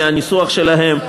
מהניסוח שלהם.